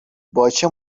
باچه